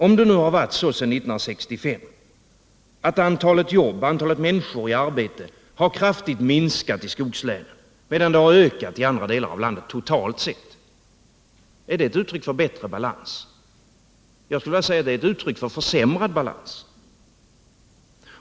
Om det nu har varit så, sedan 1965, att antalet människor i arbete har minskat kraftigt i skogslänen, medan antalet har ökat i andra delar i landet totalt sett är det ett uttryck för bättre balans? Jag skulle vilja säga att det är ett uttryck för försämrad balans.